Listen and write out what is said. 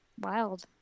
Wild